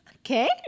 Okay